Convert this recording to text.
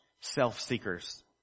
self-seekers